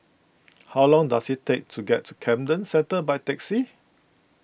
how long does it take to get to Camden Centre by taxi